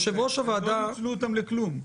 רק הם לא ניצלו אותה לכלום.